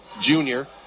junior